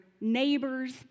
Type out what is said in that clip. neighbors